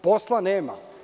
Posla nema.